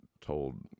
told